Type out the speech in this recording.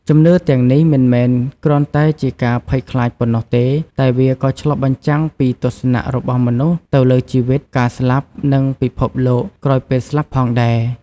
ជំនឿទាំងនេះមិនមែនគ្រាន់តែជាការភ័យខ្លាចប៉ុណ្ណោះទេ តែវាក៏ឆ្លុះបញ្ចាំងពីទស្សនៈរបស់មនុស្សទៅលើជីវិត ការស្លាប់ និងពិភពលោកក្រោយពេលស្លាប់ផងដែរ។